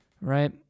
Right